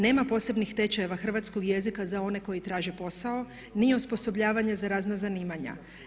Nema posebnih tečajeva hrvatskog jezika za one koji traže posao, ni osposobljavanje za razna zanimanja.